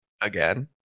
again